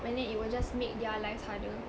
and then it will just make their lives harder